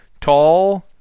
tall